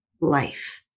life